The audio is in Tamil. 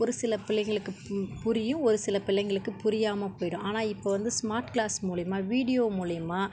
ஒரு சில பிள்ளைகளுக்குப் பு புரியும் ஒரு சில பிள்ளைங்களுக்குப் புரியாமல் போயிடும் ஆனால் இப்போ வந்து ஸ்மார்ட் க்ளாஸ் மூலிமாக வீடியோ மூலிமா